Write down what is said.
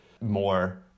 more